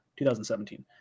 2017